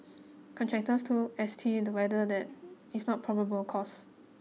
contractors told S T the weather that is not probable cause